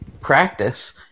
practice